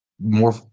more